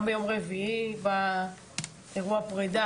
גם ביום רביעי באירוע הפרידה,